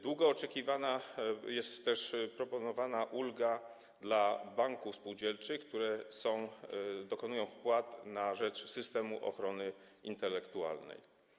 Długo oczekiwana jest również proponowana ulga dla banków spółdzielczych, które dokonują wpłat na rzecz systemu ochrony intelektualnej.